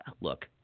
look